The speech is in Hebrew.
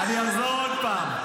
אני אחזור עוד פעם.